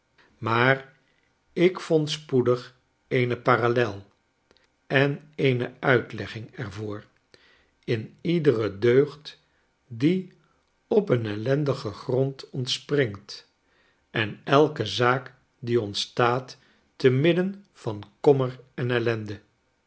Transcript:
maar ik vond spoedig eene parallel en eene uitlegging er voor in iedere deugd die op een ellendigen grond ontspringt en elke zaak die ontstaat te midden van kommer en ellende